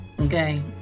okay